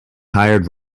hired